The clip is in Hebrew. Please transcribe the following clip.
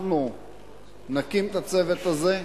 אנחנו נקים את הצוות הזה.